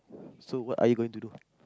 so what are you going to do